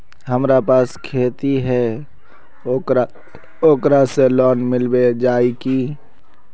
हमरा पास खेती है ओकरा से लोन मिलबे जाए की?